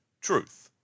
truth